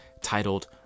Titled